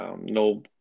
No